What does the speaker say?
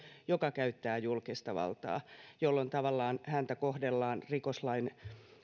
joka käyttää julkista valtaa jolloin tavallaan häntä kohdellaan rikoslain